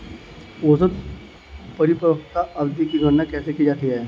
औसत परिपक्वता अवधि की गणना कैसे की जाती है?